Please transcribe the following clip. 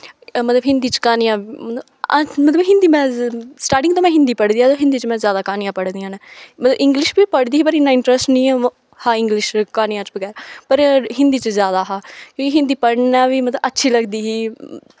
मतलब हिन्दी च क्हानियां मतलब मतलब हिन्दी में स्टार्टिंग तो में हिन्दी पढ़ी दी ऐ ते हिन्दी च में ज्यादा क्हानियां पढ़ी दियां न में इंग्लिश बी पढ़दी ही पर इ'न्ना इंट्रस्ट नी हा इंग्लिश क्हानियां च बगैरा पर हिन्दी च ज्यादा हा हिन्दी पढ़ना बी मतलब अच्छी लगदी ही